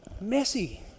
messy